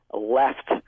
left